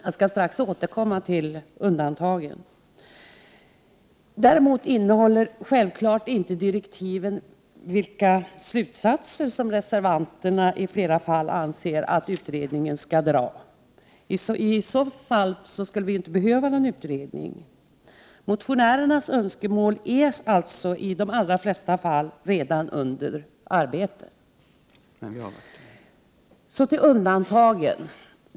Jag skall strax återkomma till undantagen. Däremot säger självfallet direktiven inte vilka slutsatser utredningen skall dra, vilket reservanterna i flera fall anser. Om det var så skulle vi ju inte behöva någon utredning. Motionärernas önskemål är alltså i de allra flesta fall redan under behandling. Så till undantagen.